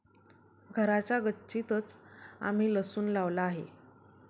घराच्या गच्चीतंच आम्ही लसूण लावला आहे